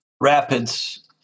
rapids